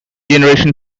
generation